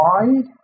wide